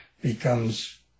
becomes